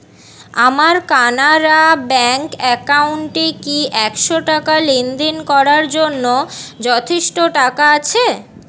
আমার কানাড়া ব্যাংক অ্যাকাউন্টে কি একশো টাকা লেনদেন করার জন্য যথেষ্ট টাকা আছে